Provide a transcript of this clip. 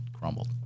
crumbled